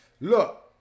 Look